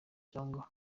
cyangwa